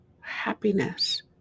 happiness